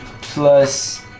plus